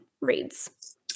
reads